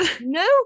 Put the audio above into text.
no